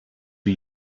wie